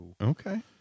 Okay